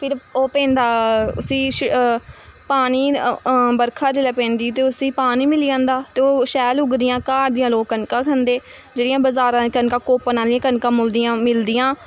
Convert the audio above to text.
फिर ओह् पैंदा उस्सी पानी बरखा जिल्लै पैंदी ते उस्सी पानी मिली जंदा ते ओह् शैल उगदियां घर दियां लोक कनकां खंदे जेह्ड़ियां बजारां दियां कनकां कोपन आह्लियां कनकां मुलदियां मिलदियां